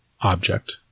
object